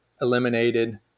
eliminated